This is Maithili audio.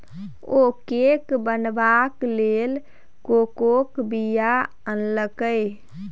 ओ केक बनेबाक लेल कोकोक बीया आनलकै